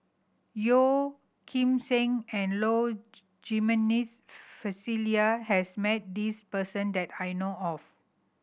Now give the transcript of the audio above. Yeo Kim Seng and Low Jimenez Felicia has met this person that I know of